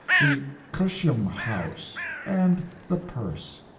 the cusiomhouse, and the purse.